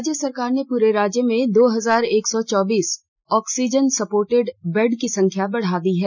राज्य सरकार ने पूरे राज्य में दो हजार एक सौ चौबीस ऑक्सीजन सपोर्टेड बेड की संख्या बढ़ा दी है